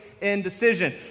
indecision